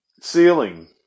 ceiling